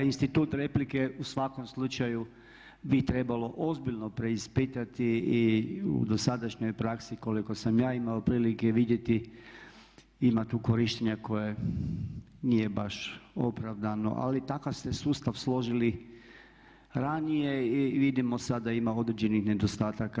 Institut replike u svakom slučaju bi trebalo ozbiljno preispitati i u dosadašnjoj praksi koliko sam ja imao prilike vidjeti ima tu korištenja koje nije baš opravdano, ali takav ste sustav složili ranije i vidimo sada ima određenih nedostataka.